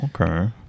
Okay